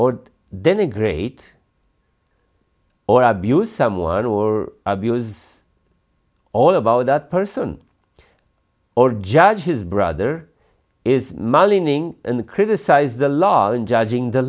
or denigrate or abuse someone or abuse all about that person or judge his brother is mulling and criticize the law and judging the